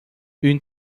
une